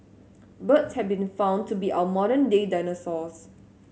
birds have been found to be our modern day dinosaurs